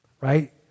right